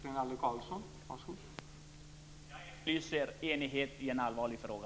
Herr talman! Jag efterlyser enighet i en allvarlig fråga.